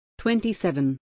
27